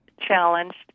challenged